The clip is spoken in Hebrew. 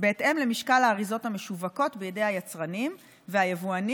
בהתאם למשקל האריזות המשווקות בידי היצרנים והיבואנים,